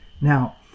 Now